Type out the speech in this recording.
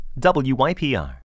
WYPR